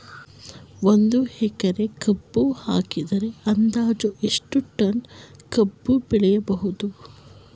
ಒಂದು ಎಕರೆ ಕಬ್ಬು ಹಾಕಿದರೆ ಅಂದಾಜು ಎಷ್ಟು ಟನ್ ಕಬ್ಬು ಬೆಳೆಯಬಹುದು?